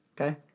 okay